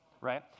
right